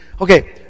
Okay